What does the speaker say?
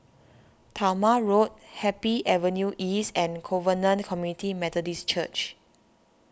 Talma Road Happy Avenue East and Covenant Community Methodist Church